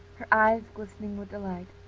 her eyes glistening with delight.